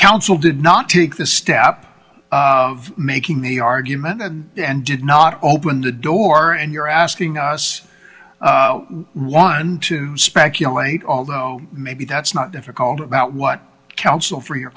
counsel did not take the step of making the argument and did not open the door and you're asking us one to speculate although maybe that's not difficult about what counsel for your